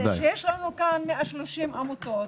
יש כאן 130 עמותות,